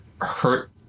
hurt